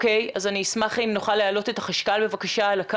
אני אשמח אם נוכל להעלות את החשכ"ל על הקו,